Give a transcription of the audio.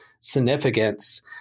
significance